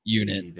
unit